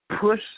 Push